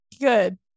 Good